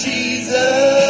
Jesus